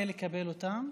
אותן,